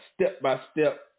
step-by-step